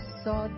saw